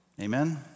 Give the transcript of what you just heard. Amen